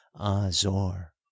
Azor